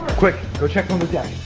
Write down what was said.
quick, go check on the deck.